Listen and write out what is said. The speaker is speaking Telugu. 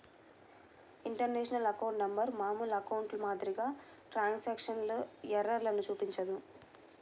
ఇంటర్నేషనల్ అకౌంట్ నంబర్ మామూలు అకౌంట్ల మాదిరిగా ట్రాన్స్క్రిప్షన్ ఎర్రర్లను చూపించదు